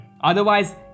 Otherwise